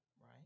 right